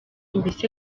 mbese